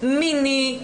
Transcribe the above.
מיני,